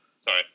Sorry